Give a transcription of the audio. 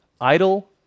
idle